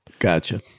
Gotcha